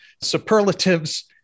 superlatives